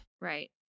right